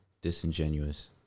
disingenuous